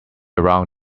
around